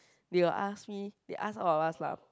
they were ask me they ask all of us lah